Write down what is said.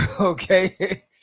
Okay